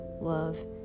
love